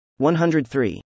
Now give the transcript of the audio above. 103